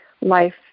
life